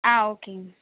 ஆ ஓகேங்க